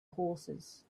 horses